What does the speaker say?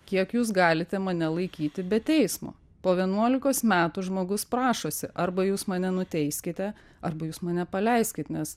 kiek jūs galite mane laikyti be teismo po vienuolikos metų žmogus prašosi arba jūs mane nuteiskite arba jūs mane paleiskit nes